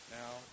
now